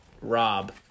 Rob